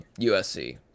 USC